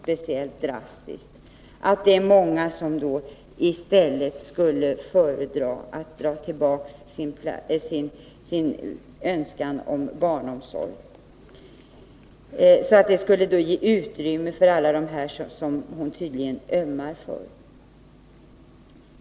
Tror Ingegerd Troedsson att det är många som då skulle dra tillbaka sin ansökan om barnomsorgsplats, så att det skulle ge utrymme för alla dem som Ingegerd Troedsson tydligen ömmar för?